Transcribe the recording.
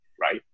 right